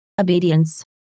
obedience